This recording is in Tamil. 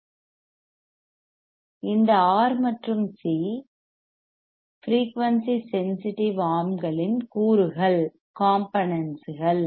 இந்த R மற்றும் C ஃபிரெயூனிசி சென்சிட்டிவ் ஆர்ம்களின் கூறுகள் காம்போனென்ட்ஸ்கள்